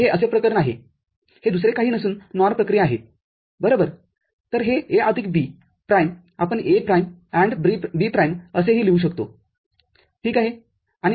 तर हे असे प्रकरण आहे हे दुसरे काही नसून NOR प्रक्रिया आहेबरोबर तर हे A आदिक B प्राईमआपण A प्राईम AND B प्राईमअसेही लिहू शकतो ठीक आहे